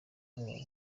babone